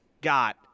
got